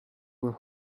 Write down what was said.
were